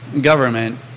government